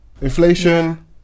Inflation